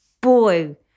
boy